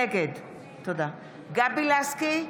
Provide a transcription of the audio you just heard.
נגד גבי לסקי,